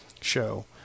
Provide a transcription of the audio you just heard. show